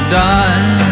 done